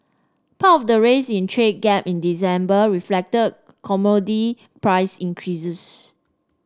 part of the rise in trade gap in December reflected commodity price increases